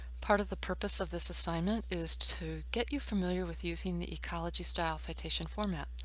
part of the purpose of this assignment is to get you familiar with using the ecology style citation format.